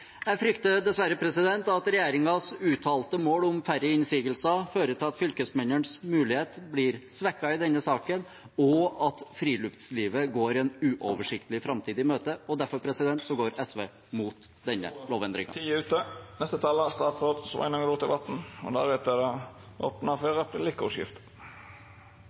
Jeg frykter dessverre at regjeringens uttalte mål om færre innsigelser fører til at fylkesmennenes mulighet blir svekket i denne saken, og at friluftslivet går en uoversiktlig framtid i møte. Derfor går SV imot denne lovendringen. Kommunane har i dag fire heimlar i friluftslova til å fastsetje lokale reglar om ferdsel og åtferd. Felles for forskriftene er at Fylkesmannen må stadfeste dei for